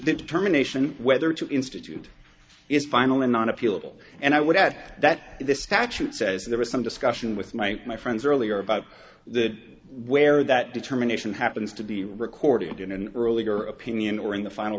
determination whether to institute is final and not appealable and i would add that this statute says there was some discussion with my my friends earlier about that where that determination happens to be recorded in an earlier opinion or in the final